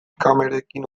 kamerekin